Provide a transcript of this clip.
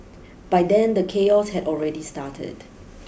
by then the chaos had already started